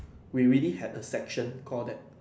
we really had a section call that